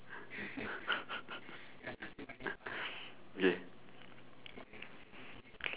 okay